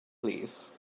please